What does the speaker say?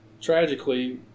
tragically